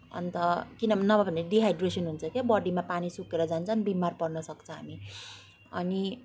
अन्त किनभने नभए भने डिहाइड्रेसन हुन्छ के बडीमा पानी सुकेर जान्छ बिमार पर्न सक्छौँ हामी अनि